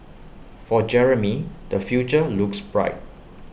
for Jeremy the future looks bright